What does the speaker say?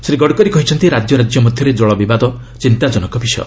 ଶ୍ରୀ ଗଡ଼କରୀ କହିଛନ୍ତି ରାଜ୍ୟ ରାଜ୍ୟ ମଧ୍ୟରେ ଜଳ ବିବାଦ ଚିନ୍ତାଜନକ ବିଷୟ